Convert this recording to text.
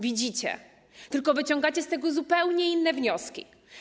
Widzicie, tylko wyciągacie z tego zupełnie inne wnioski.